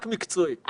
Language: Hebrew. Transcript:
רק מקצועית.